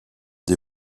des